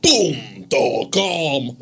Boom.com